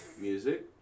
Music